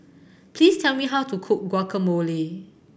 please tell me how to cook Guacamole